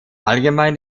allgemein